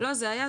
לא, זה היה.